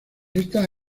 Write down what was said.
está